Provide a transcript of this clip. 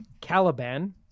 Caliban